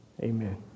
Amen